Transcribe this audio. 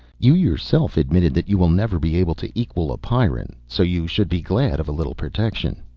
you yourself admitted that you will never be able to equal a pyrran, so you should be glad of a little protection.